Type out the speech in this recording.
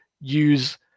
use